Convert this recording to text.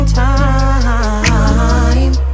time